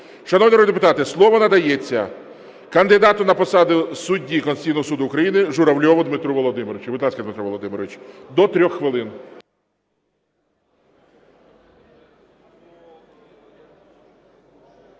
народні депутати, слово надається кандидату на посаду судді Конституційного Суду України Журавльову Дмитру Володимировичу. Будь ласка, Дмитро Володимирович. До трьох хвилин.